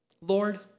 Lord